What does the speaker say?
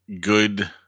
good